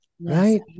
Right